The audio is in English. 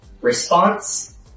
response